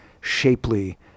shapely